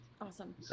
Awesome